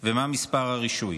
ומה מספר הרישוי.